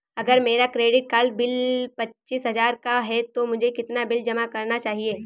अगर मेरा credit card bill पच्चीस हजार का है तो मुझे कितना बिल जमा करना चाहिए?